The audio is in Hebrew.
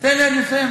תן לי, אני אסיים.